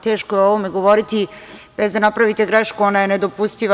Teško je o ovome govoriti bez da napravite grešku, ona je nedopustiva.